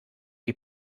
die